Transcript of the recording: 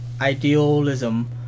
idealism